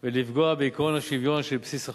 ולפגוע בעקרון השוויון שבבסיס החוק.